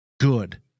good